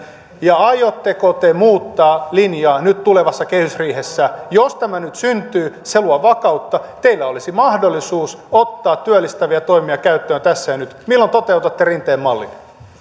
ja aiotteko te muuttaa linjaa tulevassa kehysriihessä jos tämä nyt syntyy se luo vakautta teillä olisi mahdollisuus ottaa työllistäviä toimia käyttöön tässä ja nyt milloin toteutatte rinteen mallin